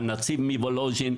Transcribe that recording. על הנציב מוולוז'ין,